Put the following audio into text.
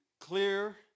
clear